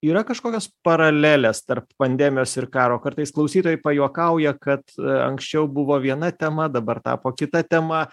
yra kažkokios paralelės tarp pandemijos ir karo kartais klausytojai pajuokauja kad anksčiau buvo viena tema dabar tapo kita tema